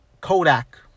Kodak